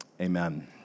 amen